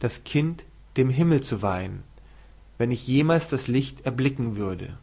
das kind dem himmel zu weihen wenn ich jemals das licht erblicken würde